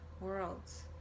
worlds